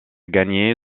gagné